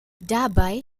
dabei